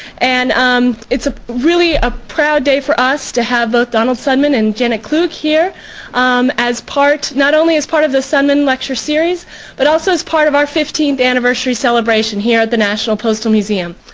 and um it's really a proud day for us to have both donald sundman and jenna klug here as part, not only as part of the sundman lecture series but also as part of our fifteenth anniversary celebration here at the national postal museum.